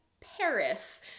Paris